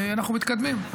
אנחנו מתקדמים.